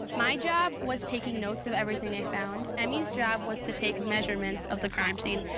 my job was taking notes of everything i found. emi's job was to take measurements of the crime scene,